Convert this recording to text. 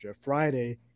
Friday